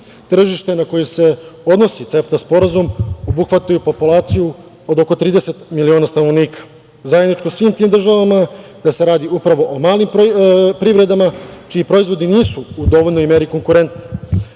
zemlji.Tržište na koje se odnosi CEFTA sporazum obuhvata populaciju od oko 30 miliona stanovnika. Zajedničko svim tim državama je da se radi upravo o malim privredama, čiji proizvodi nisu u dovoljnoj meri konkurentni.